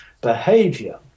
behavior